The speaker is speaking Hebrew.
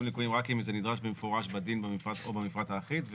ליקויים רק אם זה נדרש במפורש בדין או במפרט האחיד.